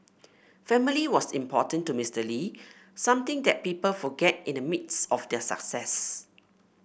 family was important to Mister Lee something that people forget in the midst of their success